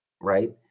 right